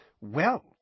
Well